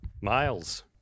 Miles